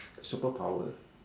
superpower